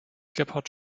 gebhard